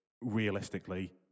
realistically